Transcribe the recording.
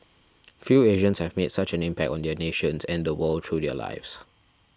few Asians have made such an impact on their nations and the world through their lives